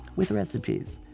with recipes.